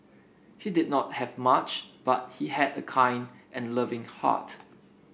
he did not have much but he had a kind and loving heart